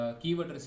keyword